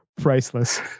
priceless